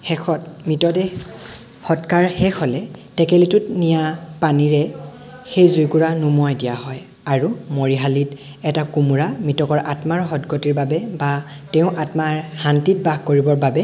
শেষত মৃতদেহ সৎকাৰ শেষ হ'লে টেকেলিটোত নিয়া পানীৰে সেই জুইকুৰা নুমুয়াই দিয়া হয় আৰু মৰিশালিত এটা কোমোৰা মৃতকৰ আত্মাৰ সদগতিৰ বাবে বা তেওঁৰ আত্মাৰ শান্তিত বাস কৰিবৰ বাবে